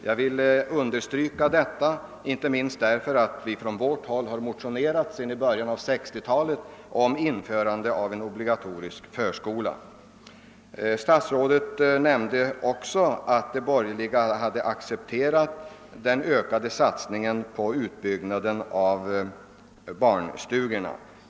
Jag vill understryka detta, inte minst därför att vi från vårt håll har motionerat ända sedan början av 1960-talet om införande av en obligatorisk förskola. Statsrådet sade också att de borger liga hade accepterat den ökade satsningen på utbyggnaden av barnstugorna.